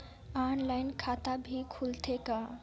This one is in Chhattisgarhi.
ऑनलाइन खाता भी खुलथे का?